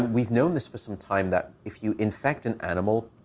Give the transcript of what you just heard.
we've known this for some time that if you infect an animal,